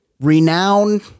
renowned